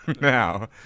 now